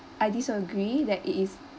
I disagree that it is